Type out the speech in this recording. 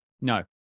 No